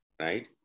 right